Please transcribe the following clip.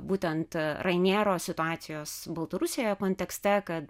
būtent rainiero situacijos baltarusijoje kontekste kad